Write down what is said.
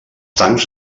tancs